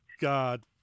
God